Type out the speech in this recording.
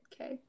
Okay